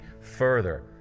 further